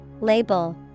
Label